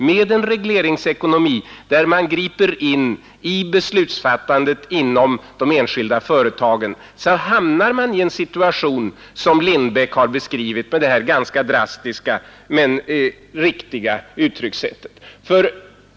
Med en regleringsekonomi, där man griper in i beslutsfattandet inom de enskilda företagen, hamnar man i en situation som Lindbeck har beskrivit med det här drastiska, men riktiga, uttryckssättet.